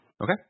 Okay